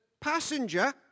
passenger